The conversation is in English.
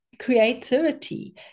creativity